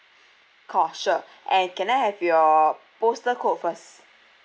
call sure and can I have your postal code first